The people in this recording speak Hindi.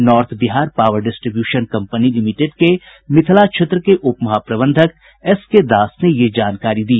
north Bihar power distribution company limited के मिथिला क्षेत्र के उप महाप्रबंधक एसकेदास ने यह जानकारी दी